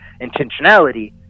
intentionality